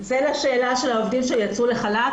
זה לשאלה של העובדים שיצאו לחל"ת,